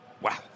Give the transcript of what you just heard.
wow